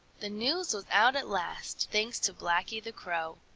the news was out at last, thanks to blacky the crow.